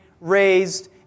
raised